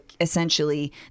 essentially